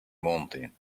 mountain